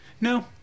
No